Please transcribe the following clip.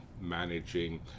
managing